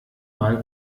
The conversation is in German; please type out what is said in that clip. mal